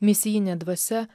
misijinė dvasia